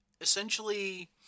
Essentially